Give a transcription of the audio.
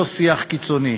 אותו שיח קיצוני.